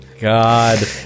god